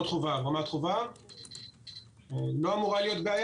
מעבר לזה אנחנו בשלבים סופיים.